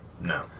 No